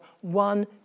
one